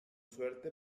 suerte